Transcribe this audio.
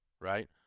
right